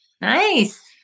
Nice